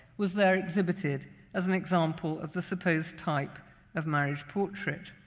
was there exhibited as an example of the supposed type of marriage portrait.